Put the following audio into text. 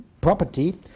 property